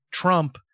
trump